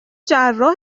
جراح